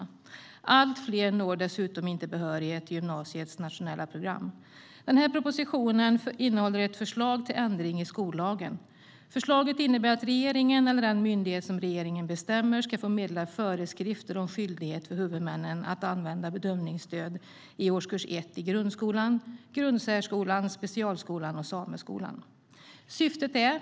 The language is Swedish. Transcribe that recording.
Dessutom är det allt fler som inte når behörighet till gymnasiets nationella program. Propositionen innehåller ett förslag till ändring i skollagen. Förslaget innebär att regeringen eller den myndighet regeringen bestämmer ska få meddela föreskrifter om skyldighet för huvudmännen att använda bedömningsstöd i årskurs 1 i grundskolan, grundsärskolan, specialskolan och sameskolan.